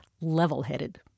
level-headed